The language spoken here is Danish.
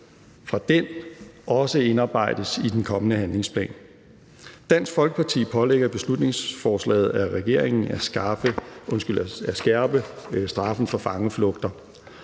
episode, også indarbejdes i den kommende handlingsplan. Dansk Folkeparti pålægger i beslutningsforslaget regeringen at skærpe straffen for fangeflugter.